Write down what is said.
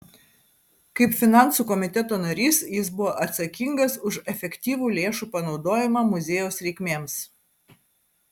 kaip finansų komiteto narys jis buvo atsakingas už efektyvų lėšų panaudojimą muziejaus reikmėms